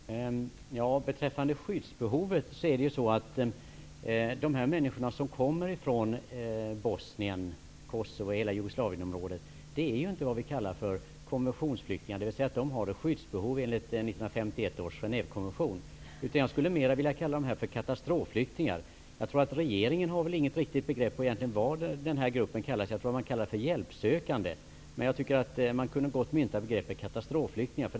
Fru talman! Beträffande skyddsbehovet är de som kommer från Bosnien, Kosovo och hela Jugoslavienområdet inte vad vi kallar konventionsflyktingar. De har inte ett skyddsbehov enligt 1951 års Genèvekonvention. Jag skulle vilja kalla dem för katastrofflyktingar. Jag tror att regeringen inte har något begrepp för den gruppen. Jag tror att man kallar dem för hjälpsökande. Jag tycker att vi gott kunde mynta begreppet katastrofflyktingar.